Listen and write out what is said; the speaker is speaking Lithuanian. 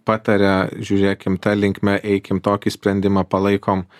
pataria žiūrėkim ta linkme eikim tokį sprendimą palaikom